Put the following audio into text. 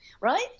Right